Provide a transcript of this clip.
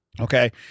okay